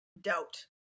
doubt